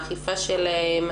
האכיפה שלהן,